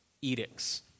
edicts